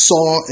Saw